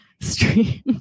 stream